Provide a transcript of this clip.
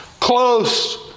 close